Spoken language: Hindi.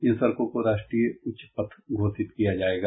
इन सड़कों को राष्ट्रीय उच्च पथ घोषित किया जायेगा